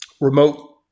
Remote